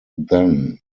then